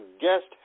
guest